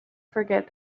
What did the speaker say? forget